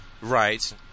right